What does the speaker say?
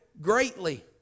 greatly